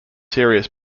serious